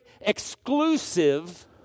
exclusive